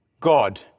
God